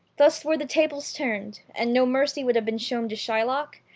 thus were the tables turned, and no mercy would have been shown to shylock,